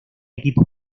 equipos